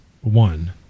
one